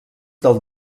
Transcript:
del